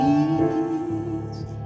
easy